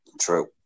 True